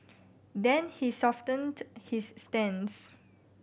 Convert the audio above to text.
then he softened his stance